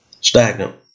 Stagnant